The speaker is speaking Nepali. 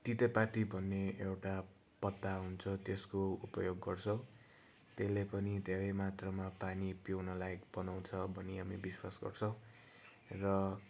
तितेपाती भन्ने एउटा पत्ता हुन्छ त्यसको उपयोग गर्छौँ त्यसले पनि धेरै मात्रामा पानी पिउनलायक बनाउँछ भनी हामी विश्वास गर्छौँ र